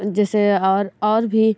जैसे और और भी